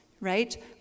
right